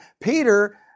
Peter